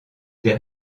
des